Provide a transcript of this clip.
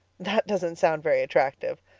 that doesn't sound very attractive,